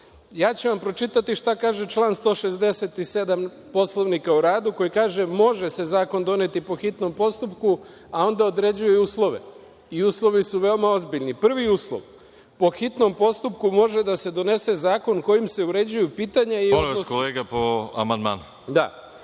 ću vam pročitati šta kaže član 167. Poslovnika o radu, koji kaže da se može zakon doneti po hitnom postupku, a onda određuje uslove i uslovi su veoma ozbiljni. Prvi uslov – po hitnom postupku može da se donese zakon kojim se uređuju pitanja i